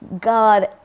God